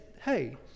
hey